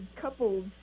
couples